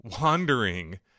wandering